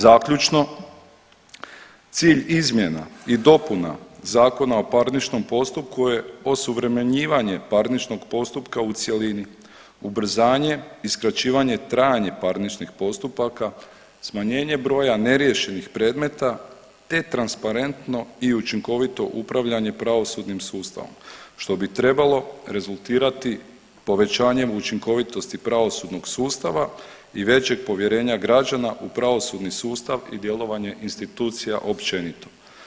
Zaključno, cilj izmjena i dopuna Zakona o parničnom postupku je osuvremenjivanje parničnog postupka u cjelini, ubrzanje i skraćivanje trajanja parnih postupaka, smanjenje broja neriješenih predmeta te transparentno i učinkovito upravljanje pravosudnim sustavom što bi trebalo rezultirati povećanjem učinkovitosti pravosudnog sustava i većeg povjerenja građana u pravosudni sustav i djelovanje institucija općenito.